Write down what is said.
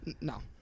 No